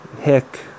hick